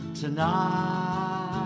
tonight